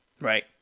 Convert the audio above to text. Right